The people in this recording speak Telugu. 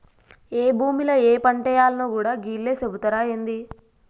ఏ భూమిల ఏ పంటేయాల్నో గూడా గీళ్లే సెబుతరా ఏంది?